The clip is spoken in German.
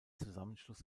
zusammenschluss